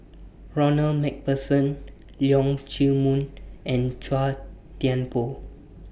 Ronald MacPherson Leong Chee Mun and Chua Thian Poh